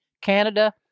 Canada